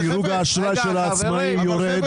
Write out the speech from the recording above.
דירוג האשראי של העצמאים יורד,